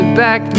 back